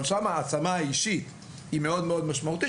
אבל שם ההעצמה האישית היא מאוד משמעותית,